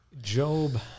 Job